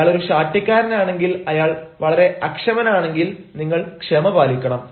അയാൾ ഒരു ശാഠ്യക്കാരൻ ആണെങ്കിൽ അയാൾ വളരെ അക്ഷമനാണെങ്കിൽ നിങ്ങൾ ക്ഷമ പാലിക്കണം